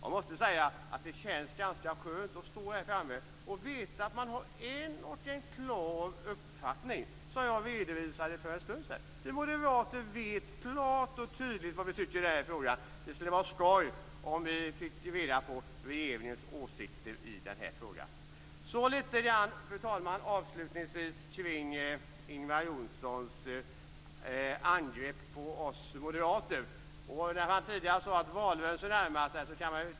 Jag måste säga att det känns ganska skönt att stå här framme och veta att vi har en klar uppfattning, och att vi har en enda uppfattning, vilken jag redovisade för en stund sedan. Vi moderater vet klart och tydligt vad vi tycker. Det skulle vara skoj om vi fick reda på regeringens åsikter i denna fråga. Så vill jag avslutningsvis tala lite grand kring Ingvar Johnssons angrepp på oss moderater. Han sade tidigare att valrörelsen närmar sig.